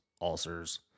ulcers